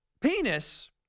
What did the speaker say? penis